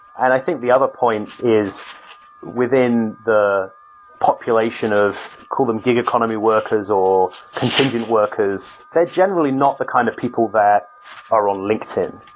and i think the other point is within the population of, we call them gig economy workers, or contingent workers, they're generally not the kind of people that are on linkedin.